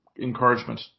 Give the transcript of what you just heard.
encouragement